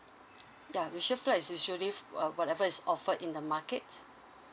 ya resale flat is usually uh whatever is offered in the market